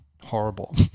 horrible